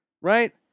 Right